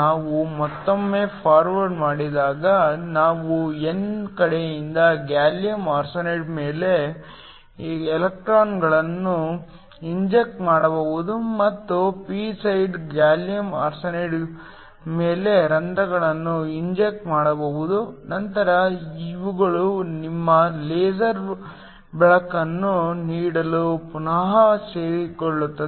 ನಾವು ಮತ್ತೊಮ್ಮೆ ಫಾರ್ವರ್ಡ್ ಮಾಡಿದಾಗ ನಾವು n ಕಡೆಯಿಂದ ಗ್ಯಾಲಿಯಮ್ ಆರ್ಸೆನೈಡ್ ಮೇಲೆ ಇಲೆಕ್ಟ್ರಾನ್ಗಳನ್ನು ಇಂಜೆಕ್ಟ್ ಮಾಡಬಹುದು ಮತ್ತು ಪಿ ಸೈಡ್ ಗ್ಯಾಲಿಯಮ್ ಆರ್ಸೆನೈಡ್ ಮೇಲೆ ರಂಧ್ರಗಳನ್ನು ಇಂಜೆಕ್ಟ್ ಮಾಡಬಹುದು ನಂತರ ಇವುಗಳು ನಿಮ್ಮ ಲೇಸರ್ ಬೆಳಕನ್ನು ನೀಡಲು ಪುನಃ ಸೇರಿಕೊಳ್ಳುತ್ತವೆ